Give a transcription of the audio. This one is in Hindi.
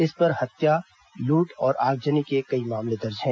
इस पर हत्या लूट और आगजनी के कई मामले दर्ज हैं